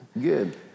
Good